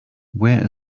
where